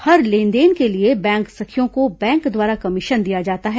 हर लेनदेन के लिए बैंक सखियों को बैंक द्वारा कमीशन दिया जाता है